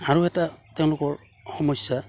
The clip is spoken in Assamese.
আৰু এটা তেওঁলোকৰ সমস্যা